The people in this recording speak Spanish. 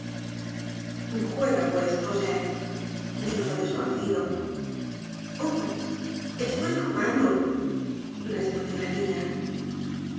juega pues cosette dijo el desconocido oh estoy jugando respondió la niña